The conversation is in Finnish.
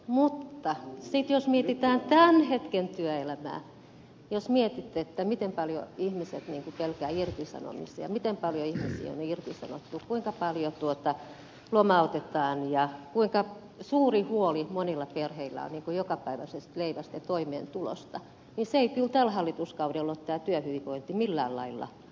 mutta jos mietitään tämän hetken työelämää jos mietitte miten paljon ihmiset pelkäävät irtisanomisia miten paljon ihmisiä on irtisanottu kuinka paljon lomautetaan ja kuinka suuri huoli monilla perheillä on jokapäiväisestä leivästä ja toimeentulosta niin työhyvinvointi ei kyllä tällä hallituskaudella ole millään lailla lisääntynyt päinvastoin